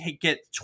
get